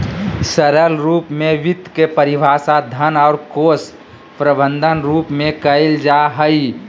सरल रूप में वित्त के परिभाषा धन और कोश प्रबन्धन रूप में कइल जा हइ